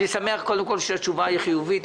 אני שמח קודם כול שהתשובה חיובית,